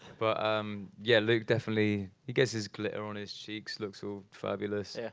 but um yeah, luke definitely he gets his glitter on his cheeks, looks all fabulous. yeah